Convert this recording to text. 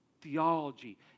theology